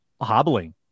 hobbling